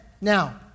Now